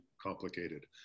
complicated